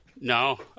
No